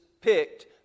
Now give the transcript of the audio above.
picked